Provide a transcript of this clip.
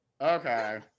Okay